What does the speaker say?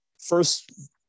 First